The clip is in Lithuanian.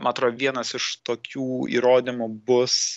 ma atro vienas iš tokių įrodymų bus